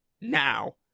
now